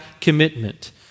commitment